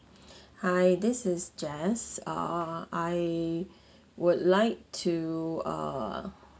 hi this is jaz ah I would like to err